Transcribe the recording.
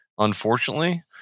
unfortunately